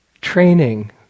training